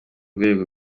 rwego